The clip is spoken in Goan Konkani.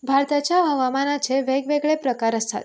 भारताच्या हवामानाचे वेगवेगळे प्रकार आसात